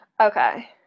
Okay